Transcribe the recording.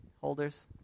holders